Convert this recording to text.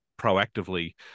proactively